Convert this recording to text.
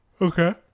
okay